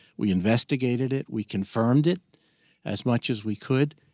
we investigated it. we confirmed it as much as we could.